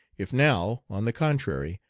if now, on the contrary,